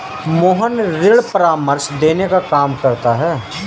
मोहन ऋण परामर्श देने का काम करता है